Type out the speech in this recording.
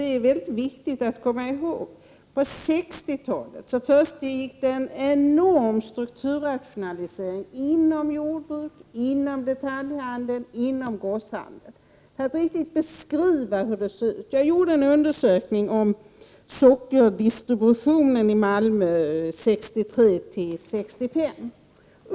Det är mycket viktigt att komma ihåg att det på 60-talet försiggick en enorm strukturrationalisering inom jordbruk, detaljhandel och grosshandel. För att riktigt kunna beskriva hur det såg ut vill jag som exempel ta en undersökning som jag gjorde om sockerdistributionen i Malmö 1963— 1965.